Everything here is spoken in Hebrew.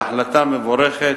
בהחלטה מבורכת,